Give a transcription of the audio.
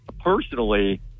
personally